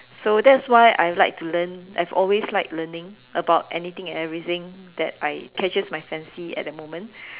so that's why I like to learn I've always like learning about anything and everything that I catches my frenzy at that moment